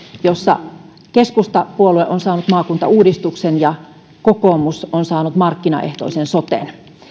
jossa keskustapuolue on saanut maakuntauudistuksen ja kokoomus on saanut markkinaehtoisen soten